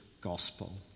gospel